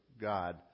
God